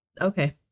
Okay